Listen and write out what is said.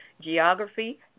geography